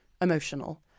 emotional